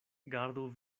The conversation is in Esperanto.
gardu